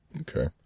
Okay